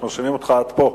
אנחנו שומעים אותך עד פה.